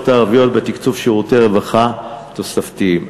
הערביות בתקצוב שירותי רווחה תוספתיים.